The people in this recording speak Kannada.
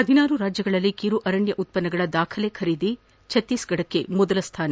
ಹದಿನಾರು ರಾಜ್ಯಗಳಲ್ಲಿ ಕಿರು ಅರಣ್ಯ ಉತ್ವನ್ನಗಳ ದಾಖಲೆ ಖರೀದಿ ಛತ್ತೀಸ್ಗಢಕ್ಕೆ ಮೊದಲ ಸ್ಥಾನ